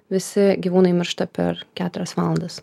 visi gyvūnai miršta per keturias valandas